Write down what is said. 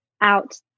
out